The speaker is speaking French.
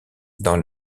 dans